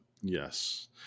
Yes